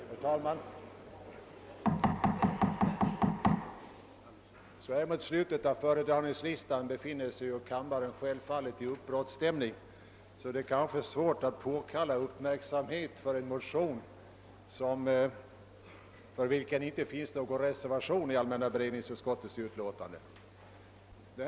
Herr talman! När vi nu kommit till slutet på föredragningslistan befinner sig kammarens ledamöter självfallet i uppbrottsstämning. Det är därför kanske svårt att påkalla uppmärksamhet för en motion, för vilken ingen reservation fogats vid allmänna beredningsutskottets utlåtande nr 73.